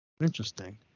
Interesting